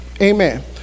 Amen